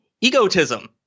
egotism